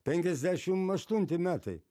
penkiasdešim aštunti metai